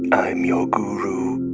i'm your guru,